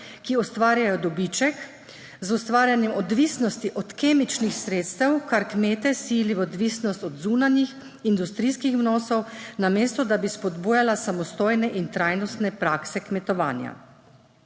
ki ustvarjajo dobiček z ustvarjanjem odvisnosti od kemičnih sredstev, kar kmete sili v odvisnost od zunanjih industrijskih vnosov, namesto da bi spodbujali samostojne in trajnostne prakse kmetovanja.